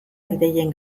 ideien